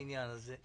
אבל תעני על זה.